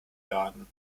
garden